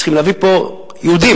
צריכים להביא לפה יהודים,